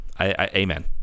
Amen